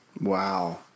Wow